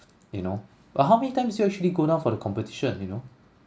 you know but how many times do you actually go down for the competition you know